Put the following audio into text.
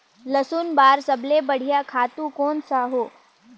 लसुन बार सबले बढ़िया खातु कोन सा हो?